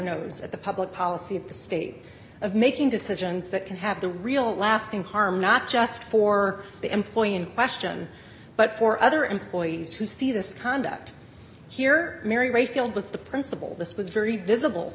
nose at the public policy of the state of making decisions that can have the real lasting harm not just for the employee in question but for other employees who see this conduct here mary rayfield with the principal this was very vis